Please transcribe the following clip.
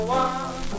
one